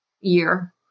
year